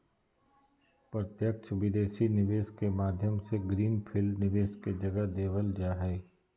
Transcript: प्रत्यक्ष विदेशी निवेश के माध्यम से ग्रीन फील्ड निवेश के जगह देवल जा हय